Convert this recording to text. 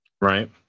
Right